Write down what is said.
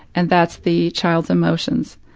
and that's the child's emotions.